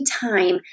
time